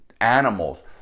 animals